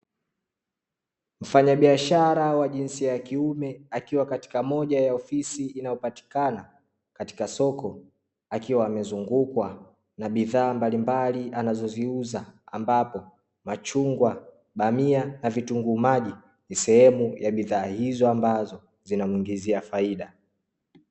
Mfanyabiashara wa jinsia ya kiume akiwa katika moja ya ofisi inayopatikana katika soko, akiwa amezungukwa na bidhaa mbalimbali anazoziuza, ambapo machungwa, bamia na vitunguu maji ni sehemu ya bidhaa hizo ambazo zinamuingizia faida.